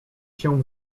się